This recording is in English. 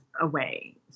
away